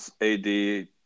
AD